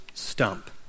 Stump